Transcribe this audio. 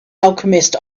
alchemist